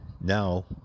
now